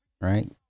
Right